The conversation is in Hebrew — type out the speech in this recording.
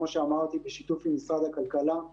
כמו שאמרתי, בשיתוף עם משרד הכלכלה,